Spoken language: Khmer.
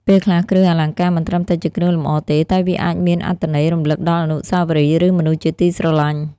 ពេលខ្លះគ្រឿងអលង្ការមិនត្រឹមតែជាគ្រឿងលម្អទេ តែវាអាចមានអត្ថន័យរំលឹកដល់អនុស្សាវរីយ៍ ឬ មនុស្សជាទីស្រលាញ់។